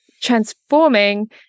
transforming